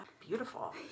beautiful